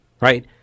right